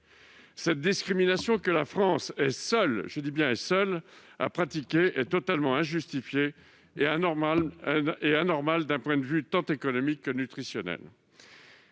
Cette discrimination, que la France est seule à pratiquer, j'y insiste, est totalement injustifiée et anormale d'un point de vue tant économique que nutritionnel.